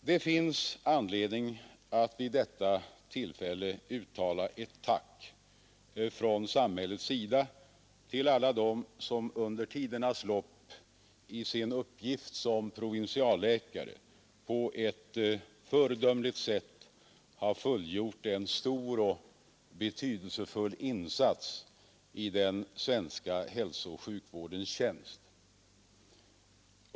Det finns anledning att vid detta tillfälle uttala ett tack från samhällets sida till alla dem som under tidernas lopp i sin uppgift som provinsialläkare på ett föredömligt sätt har fullgjort en stor och betydelsefull insats i den svenska hälsooch sjukvårdens tjänst.